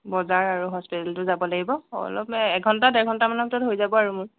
বজাৰ আৰু হস্পিতালতো যাব লাগিব অলপ এঘণ্টা দেৰ ঘণ্টামানৰ ভিতৰত হৈ যাব আৰু মোৰ